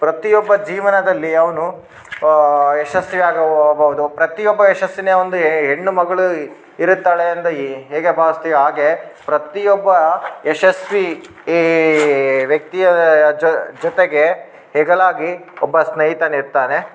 ಪ್ರತಿಯೊಬ್ಬರ ಜೀವನದಲ್ಲಿ ಅವನು ಯಶಸ್ವಿ ಆಗಿ ಹೊಗ್ಬೋದು ಪ್ರತಿಯೊಬ್ಬ ಯಶಸ್ಸಿನ ಒಂದು ಹೆಣ್ಣು ಮಗಳು ಇರ್ತಾಳೆ ಎಂದು ಎ ಹೇಗೆ ಭಾವ್ಸ್ತೀಯ ಹಾಗೆ ಪ್ರತಿಯೊಬ್ಬ ಯಶಸ್ವಿ ಈ ವ್ಯಕ್ತಿಯ ಜೊತೆಗೆ ಹೆಗಲಾಗಿ ಒಬ್ಬ ಸ್ನೇಯಿತನಿರ್ತಾನೆ